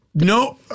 No